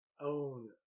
own